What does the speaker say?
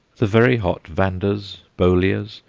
the very hot vandas, bolleas,